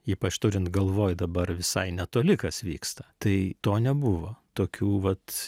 ypač turint galvoj dabar visai netoli kas vyksta tai to nebuvo tokių vat